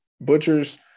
Butchers